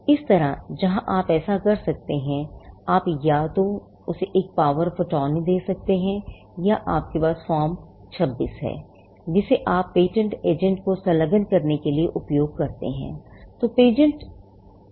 इसी तरह यहां आप ऐसा करते हैं आप या तो उसे एक पावर ऑफ अटॉर्नी दे सकते हैं या आपके पास फॉर्म 26 है जिसे आप पेटेंट एजेंट को संलग्न करने के लिए उपयोग करते हैं